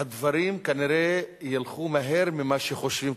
והדברים כנראה ילכו מהר ממה שחושבים,